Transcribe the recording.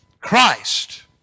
Christ